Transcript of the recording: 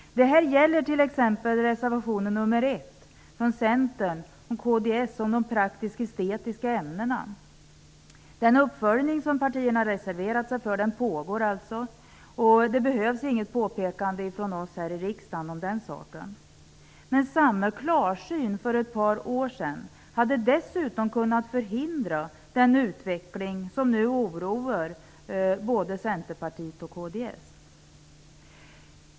Detta gäller t.ex. reservation nr 1 från Centern och kds om de praktisk-estetiska ämnena. Den uppföljning som partierna har reserverat sig för pågår alltså, och det behövs inget påpekande från oss här i riksdagen om den saken. Men samma klarsyn för ett par år sedan hade dessutom kunnat förhindra den utveckling som nu oroar både Centerpartiet och kds.